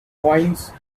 coins